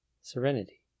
serenity